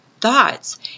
thoughts